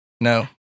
No